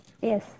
yes